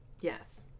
Yes